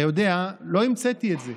אתה יודע, לא המצאתי את זה.